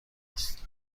است